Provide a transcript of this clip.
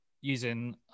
using